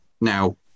now